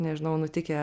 nežinau nutikę